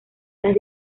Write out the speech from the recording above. las